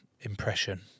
impression